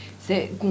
c'est